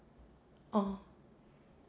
oh